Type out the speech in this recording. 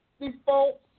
Default